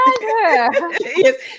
Yes